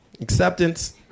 acceptance